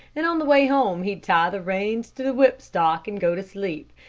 and on the way home he'd tie the reins to the whip-stock and go to sleep,